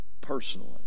personally